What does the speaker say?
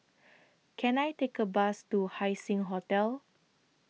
Can I Take A Bus to Haising Hotel